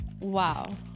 wow